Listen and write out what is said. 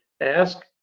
ask